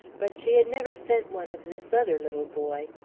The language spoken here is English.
but she had never sent one of this other little boy.